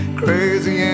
crazy